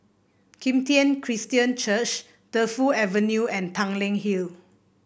Kim Tian Christian Church Defu Avenue and Tanglin Hill